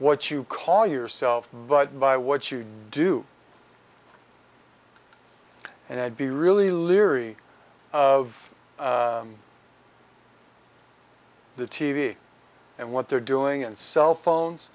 what you call yourself but by what you do and i'd be really leery of the t v and what they're doing and cell phones